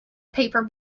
paper